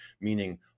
meaning